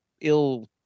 ill